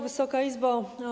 Wysoka Izbo!